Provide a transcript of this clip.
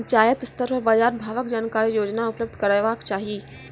पंचायत स्तर पर बाजार भावक जानकारी रोजाना उपलब्ध करैवाक चाही?